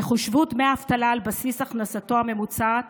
יחושבו דמי האבטלה על בסיס הכנסתו הממוצעת